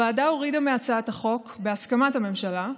הוועדה הורידה מהצעת החוק, בהסכמת הממשלה,